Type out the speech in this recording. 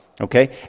Okay